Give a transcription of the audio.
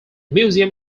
museum